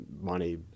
money